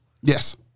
Yes